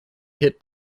hit